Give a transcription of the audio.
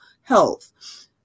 health